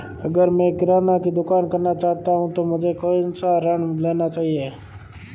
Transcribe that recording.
अगर मैं किराना की दुकान करना चाहता हूं तो मुझे कौनसा ऋण लेना चाहिए?